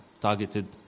targeted